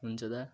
हुन्छ दा